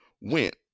went